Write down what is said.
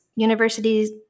Universities